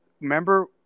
remember